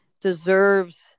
deserves